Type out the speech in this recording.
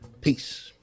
Peace